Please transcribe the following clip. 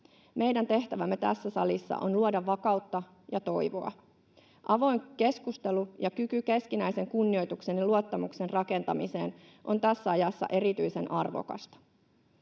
Meidän tehtävämme tässä salissa on luoda vakautta ja toivoa. Avoin keskustelu ja kyky keskinäisen kunnioituksen ja luottamuksen rakentamiseen on tässä ajassa erityisen arvokasta.